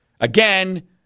Again